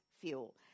fuel